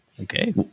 Okay